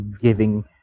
giving